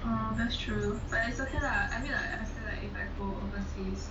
that's true